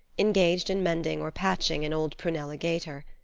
engaged in mending or patching an old prunella gaiter.